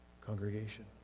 congregation